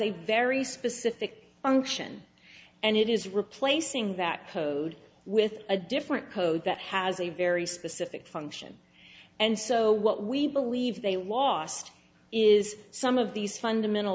a very specific function and it is replacing that code with a different code that has a very specific function and so what we believe they wast is some of these fundamental